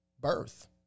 birth